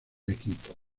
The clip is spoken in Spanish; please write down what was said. equipo